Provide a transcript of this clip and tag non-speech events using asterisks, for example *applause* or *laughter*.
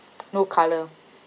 *noise* no colour